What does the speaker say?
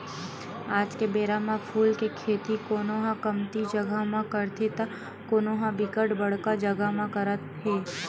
आज के बेरा म फूल के खेती कोनो ह कमती जगा म करथे त कोनो ह बिकट बड़का जगा म करत हे